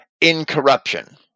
incorruption